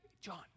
John